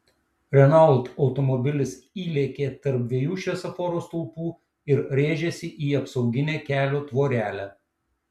renault automobilis įlėkė tarp dviejų šviesoforo stulpų ir rėžėsi į apsauginę kelio tvorelę